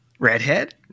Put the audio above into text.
Redhead